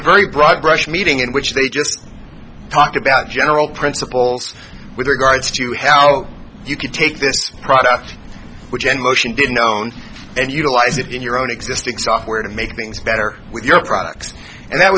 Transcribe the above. a very broad brush meeting in which they just talked about general principles with regards to how you could take this product which in motion didn't own and utilize it in your own existing software to make things better with your products and that